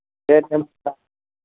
दे दोनदो होमबा